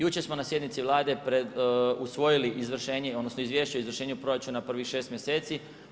Jučer smo na sjednici Vlade, usvojili izvršenje, odnosno, izvješte o izvršenju proračuna u prvih 6 mjeseci.